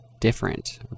Different